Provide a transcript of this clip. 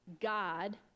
God